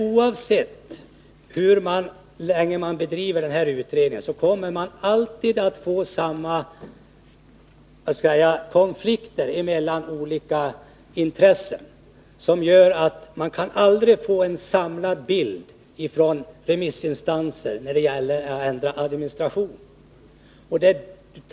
Oavsett hur länge en utredning pågår kommer det alltid att finnas samma konflikter mellan olika intressen, vilket gör att man aldrig kan få en samlad bild från remissinstanserna när det gäller ändrad administration.